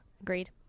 agreed